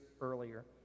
earlier